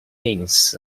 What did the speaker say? means